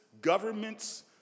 governments